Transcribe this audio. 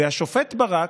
והשופט ברק,